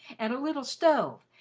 and a little stove,